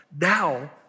now